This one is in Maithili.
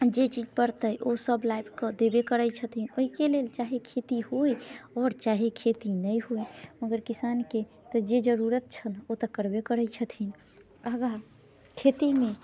जे चीज पड़तै ओ सभ लाबि कऽ देबे करै छथिन ओइके लेल चाहे खेती होइ आओर चाहे खेती नहि होइ मगर किसानके जे जरूरत छनि ओ तऽ करबे करै छथिन आगा खेतीमे